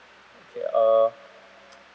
okay uh